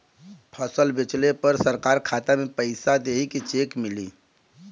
फसल बेंचले पर सरकार खाता में पैसा देही की चेक मिली?